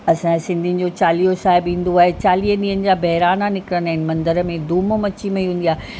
असां सिंधियुनि जो चालीहो साहिबु ईंदो आहे चालीह ॾींहनि जा बहिराणा निकिरंदा आहिनि मंदर में धूम मची पई हुंदी आहे